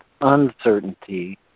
uncertainty